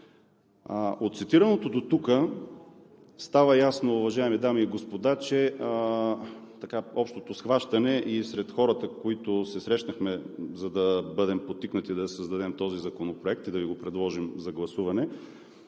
От цитираното дотук става ясно, уважаеми дами и господа, че общото схващане и сред хората, с които се срещнахме, за да бъдем подтикнати да създадем този законопроект и да Ви го предложим за гласуване